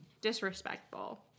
Disrespectful